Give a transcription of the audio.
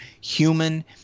human